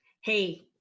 Hey